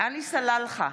עלי סלאלחה,